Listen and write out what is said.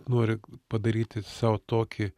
nori padaryti sau tokį